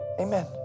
Amen